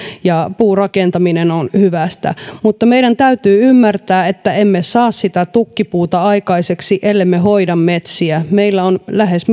ja puurakentaminen on hyvästä mutta meidän täytyy ymmärtää että emme saa sitä tukkipuuta aikaiseksi ellemme hoida metsiä meillä on lähes